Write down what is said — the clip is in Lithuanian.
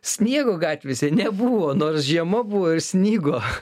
sniego gatvėse nebuvo nors žiema buvo ir snigo